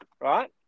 right